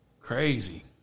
Crazy